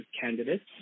candidates